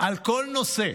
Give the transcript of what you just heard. על כל נושא,